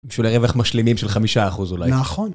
בשביל הרווח משלימים של חמישה אחוז אולי. נכון.